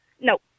No